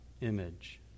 image